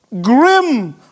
grim